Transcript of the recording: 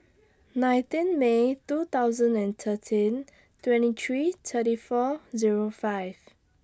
nineteen May two thousand and thirteen twenty three thirty four Zero five